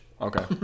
Okay